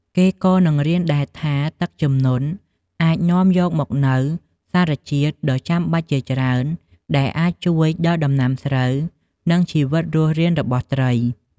គេក៏នឹងរៀនដែរថា ទឹកជំនន់អាចនាំយកមកនូវសារជាតិដ៏ចំបាច់ជាច្រើនដែលអាចជួយដល់ដំណាំស្រូវ និង ជីវិតរស់រានរបស់ត្រី។